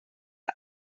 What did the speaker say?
ein